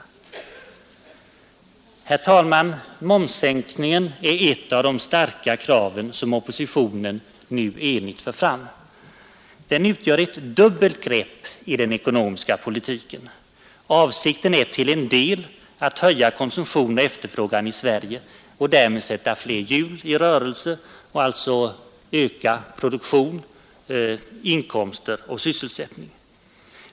Herr talman! Momssänkningen är ett av de starka krav som oppositionen nu enigt för fram. Den innebär ett dubbelt grepp i den ekonomiska politiken. Avsikten är till en del att höja konsumtion och efterfrågan i Sverige — och därmed sätta fler hjul i rörelse och alltså öka produktion, inkomster och sysselsättning.